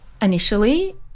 Initially